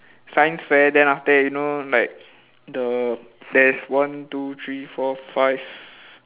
science fair then after that you know like the there is one two three four five